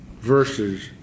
verses